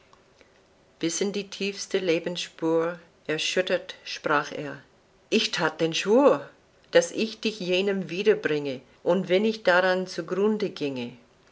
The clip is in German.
bis in die tiefste lebensspur erschüttert sprach er ich that den schwur daß ich dich jenem wiederbringe und wenn ich daran zu grunde ginge